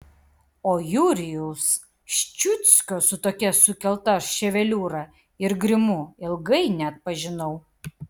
o jurijaus ščiuckio su tokia sukelta ševeliūra ir grimu ilgai neatpažinau